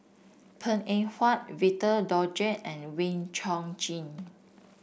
Png Eng Huat Victor Doggett and Wee Chong Jin